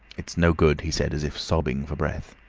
it's no good, he said, as if sobbing for breath.